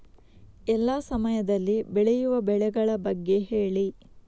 ಎಲ್ಲಾ ಸಮಯದಲ್ಲಿ ಬೆಳೆಯುವ ಬೆಳೆಗಳ ಬಗ್ಗೆ ಹೇಳಿ